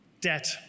debt